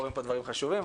קורים כאן דברים חשובים,